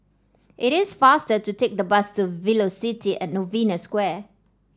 it is faster to take the bus to Velocity At Novena Square